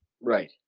Right